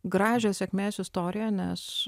gražią sėkmės istoriją nes